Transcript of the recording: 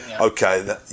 okay